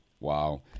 wow